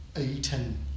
eaten